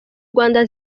rwanda